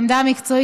העמדה המקצועית,